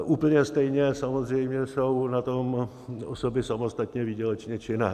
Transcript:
Úplně stejně samozřejmě jsou na tom osoby samostatně výdělečně činné.